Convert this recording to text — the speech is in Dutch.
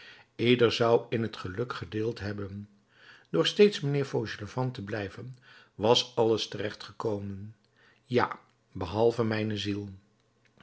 ieder zou in het geluk gedeeld hebben door steeds mijnheer fauchelevent te blijven was alles terecht gekomen ja behalve mijne ziel